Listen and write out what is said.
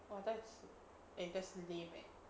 !wah! that's eh that's lame eh